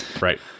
Right